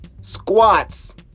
Squats